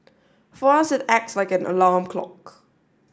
for us it acts like an alarm clock